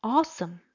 Awesome